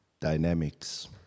dynamics